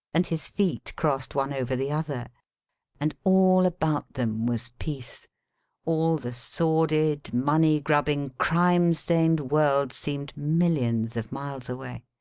and his feet crossed one over the other and all about them was peace all the sordid, money-grubbing, crime-stained world seemed millions of miles away,